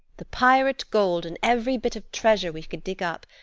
the pirate gold and every bit of treasure we could dig up.